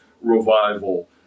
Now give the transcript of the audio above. revival